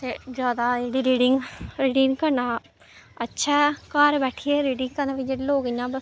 जैदा एह्दी reading reading करना अच्छा घर बैठियै रीडिंग करने जेह्ड़े लोक इ'यां